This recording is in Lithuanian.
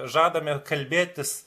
žadame kalbėtis